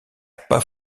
pas